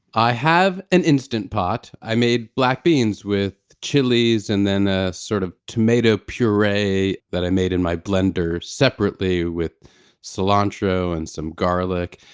i have an instant pot. i made black beans with chilies and then a sort of tomato puree that i made in my blender separately with cilantro and some garlic.